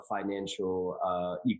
financial